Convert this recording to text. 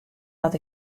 dat